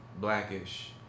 blackish